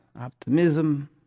optimism